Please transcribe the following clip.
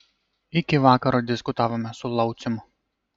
iki vakaro diskutavome su laucium